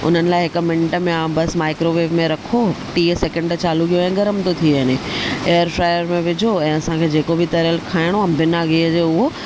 उन्हनि लाइ हिकु मिंट में हा बसि माइक्रोवेव में रखो टीह सैकंड चालू कयो ऐं गर्म थो थी वञे एयर फ्रायर में विझो ऐं असांखे जेको बि तरियलु खाइणो आहे बिना गिह जो उहो